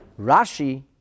Rashi